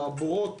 הבורות